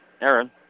Aaron